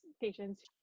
patients